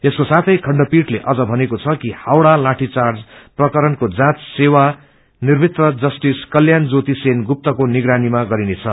यसको साथै खण्डपीठले अस्न भनेको छ कि हावडा लाठीचार्ज फ्र्करण्को जाँच सेवा निवृत्त जस्टिस कलस्राण ज्योति सेन गुप्ताको निगरानीमा गरिनेछ